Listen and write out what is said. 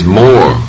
more